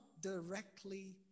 directly